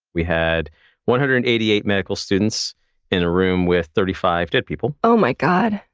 we had one hundred and eighty eight medical students in a room with thirty five dead people. oh my god,